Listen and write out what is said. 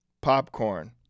Popcorn